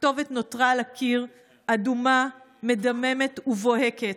הכתובת נותרה על הקיר אדומה, מדממת ובוהקת.